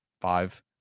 five